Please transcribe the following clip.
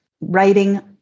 writing